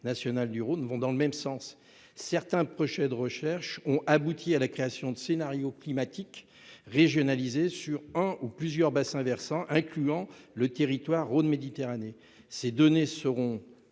nationale du Rhône vont dans le même sens. Certains projets de recherches ont abouti à la création de scénarios climatiques régionalisés sur un ou plusieurs bassins versants incluant le territoire Rhône-Méditerranée. Ces données sont